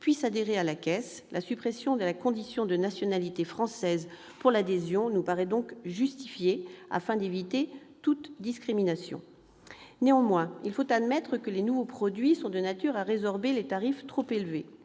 puisse adhérer à la Caisse. La suppression de la condition de nationalité française pour l'adhésion nous paraît par conséquent justifiée, afin d'éviter toute discrimination. Néanmoins, il faut admettre que les nouveaux produits sont de nature à résorber les tarifs trop élevés.